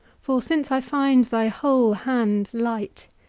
for since i find thy whole hand light,